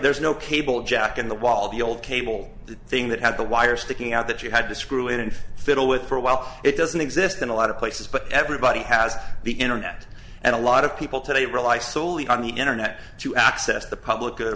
there's no cable jack in the wall the old cable the thing that had the why are sticking out that you had to screw in and fiddle with for a while it doesn't exist in a lot of places but everybody has the internet and a lot of people today rely solely on the internet to access the public